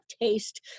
taste